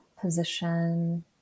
position